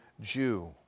Jew